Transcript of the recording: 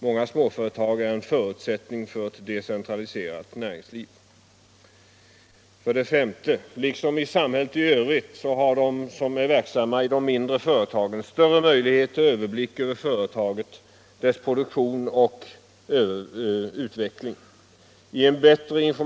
Många småföretag är en förutsättning för ett decentraliserat näringsliv. 5. Liksom i samhället i övrigt har de som är verksamma i de mindre företagen större möjligheter till överblick över företaget, dess produktion och utveckling.